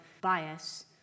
bias